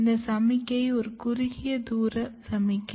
இந்த சமிக்ஞை குறுகிய தூர சமிக்ஞை